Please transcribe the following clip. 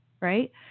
right